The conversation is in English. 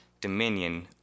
dominion